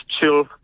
chill